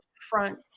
front